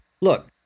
look